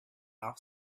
off